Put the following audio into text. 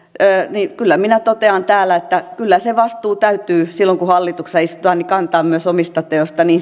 niin kyllä minä totean täällä että kyllä se vastuu täytyy silloin kun hallituksessa istutaan kantaa myös omista teoista niin